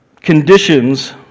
conditions